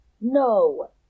No